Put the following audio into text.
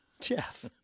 Jeff